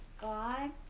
God